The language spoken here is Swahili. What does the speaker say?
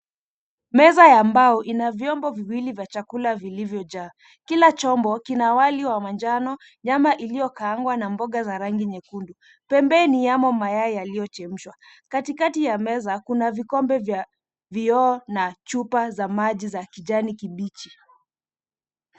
Meza ya mbao ina vyombo viwili vya chakula vilivyojaa. Kila chombo kina wali wa manjano, nyama iliyokaangwa na mboga za rangi nyekundu. Pembeni yamo mayai yaliyochemshwa katikati ya meza kuna vikombe vya vioo na chupa za maji za kijani kibichi.